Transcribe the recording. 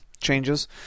changes